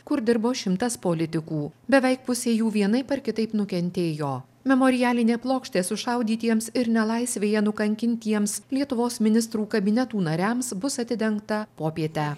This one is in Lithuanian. kur dirbo šimtas politikų beveik pusė jų vienaip ar kitaip nukentėjo memorialinė plokštė sušaudytiems ir nelaisvėje nukankintiems lietuvos ministrų kabinetų nariams bus atidengta popietę